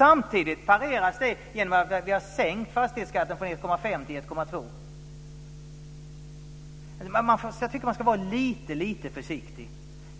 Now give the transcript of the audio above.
Samtidigt pareras det genom att vi har sänkt fastighetsskatten från 1,5 till 1,2 %. Jag tycker att man ska vara lite försiktig.